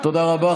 תודה רבה.